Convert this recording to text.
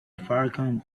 falcon